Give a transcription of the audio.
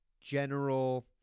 general